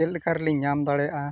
ᱪᱮᱫ ᱞᱮᱠᱟᱨᱮᱞᱤᱧ ᱧᱟᱢ ᱫᱟᱲᱮᱭᱟᱜᱼᱟ